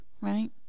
Right